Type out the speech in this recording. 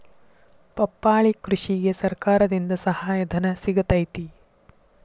ಪಪ್ಪಾಳಿ ಕೃಷಿಗೆ ಸರ್ಕಾರದಿಂದ ಸಹಾಯಧನ ಸಿಗತೈತಿ